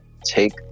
take